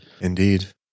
Indeed